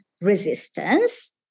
resistance